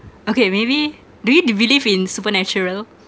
okay maybe do you be~ believe in supernatural